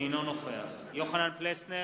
אינו נוכח יוחנן פלסנר,